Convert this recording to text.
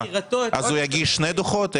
אז הוא יגיש שני דוחות?